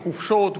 בחופשות,